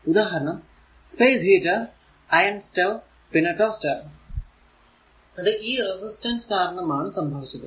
ഉദാഹരണം space heater iron stove പിന്നെ toaster ഇത് ഈ റെസിസ്റ്റൻസ് കാരണം ആണ് സംഭവിച്ചത്